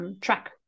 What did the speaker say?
track